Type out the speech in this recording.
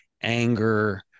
anger